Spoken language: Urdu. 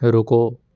رکو